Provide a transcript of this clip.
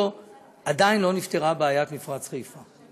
עדיין לא נפתרה בעיית מפרץ חיפה,